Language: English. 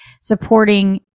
supporting